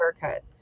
haircut